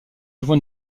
devant